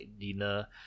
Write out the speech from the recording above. dinner